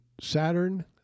Saturn